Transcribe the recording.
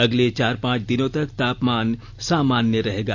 अगले चार पांच दिनों तक तापमान सामान्य रहेगा